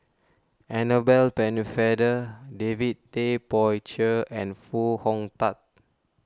Annabel Pennefather David Tay Poey Cher and Foo Hong Tatt